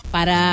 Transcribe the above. Para